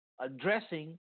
addressing